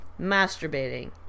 masturbating